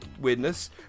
weirdness